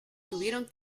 tuvieron